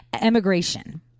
emigration